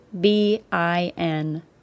B-I-N